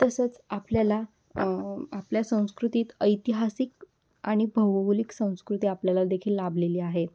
तसंच आपल्याला आपल्या संस्कृतीत ऐतिहासिक आणि भौगोलिक संस्कृती आपल्याला देखील लाभलेली आहे